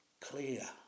clear